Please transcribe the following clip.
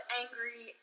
angry